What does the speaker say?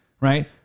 right